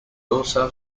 also